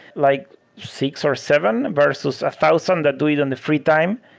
like six or seven versus a thousand that do it in the free time.